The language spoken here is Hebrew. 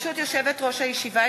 ברשות יושבת-ראש הישיבה,